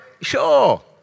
sure